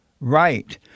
right